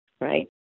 right